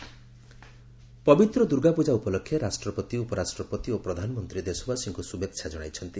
Durga Puja greeting ପବିତ୍ର ଦୁର୍ଗାପୂଜା ଉପଲକ୍ଷେ ରାଷ୍ଟ୍ରପତି ଉପରାଷ୍ଟ୍ରପତି ଓ ପ୍ରଧାନମନ୍ତ୍ରୀ ଦେଶବାସୀଙ୍କୁ ଶୁଭେଚ୍ଛା କଣାଇଛନ୍ତି